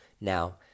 Now